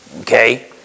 Okay